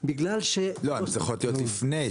בגלל ש- הן צריכות להיות לפני,